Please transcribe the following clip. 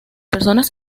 personas